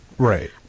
Right